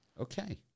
Okay